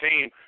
team